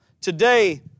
Today